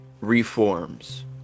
reforms